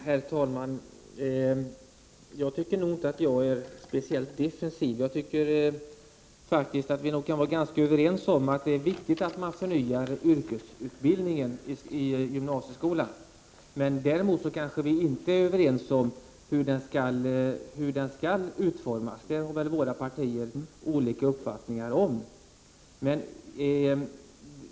Herr talman! Jag tycker inte att jag är speciellt defensiv. Jag tycker faktiskt att vi kan vara överens om att det är viktigt att förnya yrkesutbildningen i gymnasieskolan. Däremot kanske vi inte är överens om hur den skall utformas. Det har våra partier olika uppfattningar om.